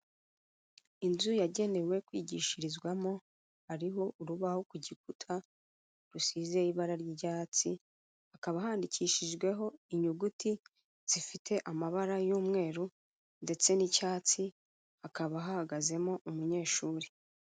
Inzu yagenewe kwigishirizwamo hariho urubaho kugikuta rusize ibara ry'icyatsi, hakaba handikishijweho inyuguti zifite amabara y'umweru ndetse n'icyatsi, hakaba hahagazemo umunyeshuri.